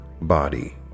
body